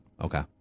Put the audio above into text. Okay